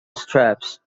straps